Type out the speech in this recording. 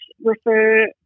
refer